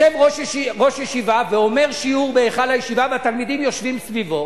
יושב ראש הישיבה ואומר שיעור בהיכל הישיבה והתלמידים יושבים סביבו